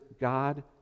God